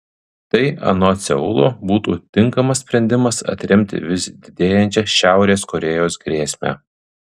tai anot seulo būtų tinkamas sprendimas atremti vis didėjančią šiaurės korėjos grėsmę